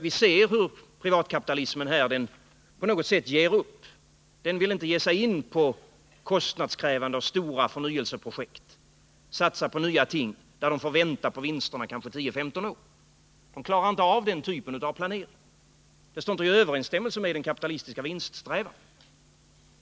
Vi ser hur privatkapitalismen här på något sätt ger upp; den vill inte ge sig in på kostnadskrävande och stora förnyelseprojekt och satsa på nya ting där man får vänta på vinsterna i kanske tio eller femton år. Man klarar inte den typen av planering. Det står inte i överensstämmelse med den kapitalistiska vinststrävan.